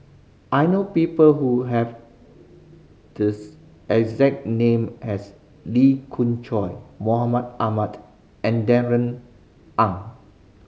I know people who have these exact name as Lee Khoon Choy Mahmud Ahmad and Darrell Ang